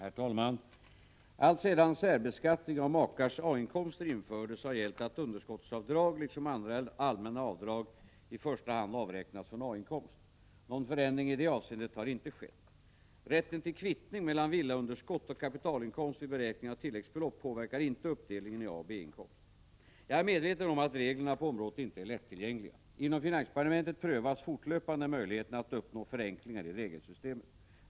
Herr talman! Alltsedan särbeskattning av makars A-inkomster infördes har gällt att underskottsavdrag, liksom andra allmänna avdrag, i första hand avräknas från A-inkomst. Någon förändring i detta avseende har inte skett. Jag är medveten om att reglerna på området inte är lättillgängliga. Inom finansdepartementet prövas fortlöpande möjligheterna att uppnå förenklingar i regelsystemet.